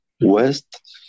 West